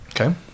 Okay